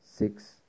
six